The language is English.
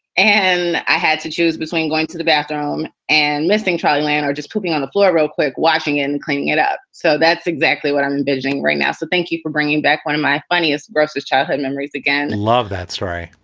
and i had to choose between going to the bathroom and missing child land or just pooping on the floor real quick, washing and cleaning it up. so that's exactly what i'm envisaging right now. so thank you for bringing back one of my funniest grossest childhood memories again love that story.